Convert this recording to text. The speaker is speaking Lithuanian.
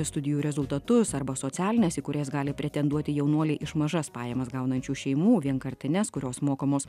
studijų rezultatus arba socialines į kurias gali pretenduoti jaunuoliai iš mažas pajamas gaunančių šeimų vienkartines kurios mokamos